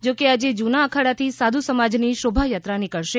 જો કે આજે જૂના અખાડાથી સાધુ સમાજની શોભાયાત્રા નીકળશે